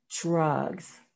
drugs